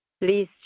Please